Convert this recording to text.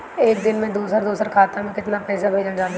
एक दिन में दूसर दूसर खाता में केतना पईसा भेजल जा सेकला?